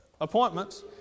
appointments